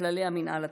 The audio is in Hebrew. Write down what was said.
וכללי המינהל התקין.